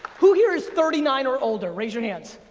who here is thirty nine or older? raise your hands.